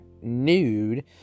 nude